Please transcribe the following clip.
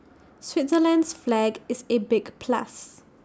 Switzerland's flag is A big plus